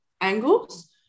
angles